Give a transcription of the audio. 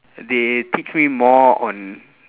they teach me more on